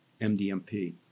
MDMP